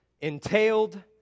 entailed